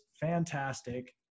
fantastic